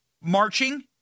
marching